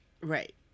Right